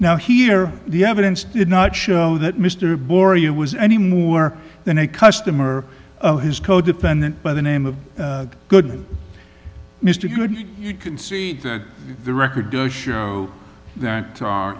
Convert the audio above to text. now here the evidence did not show that mr boria was any more than a customer of his codefendant by the name of good mr good you can see that the record does show that